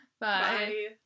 Bye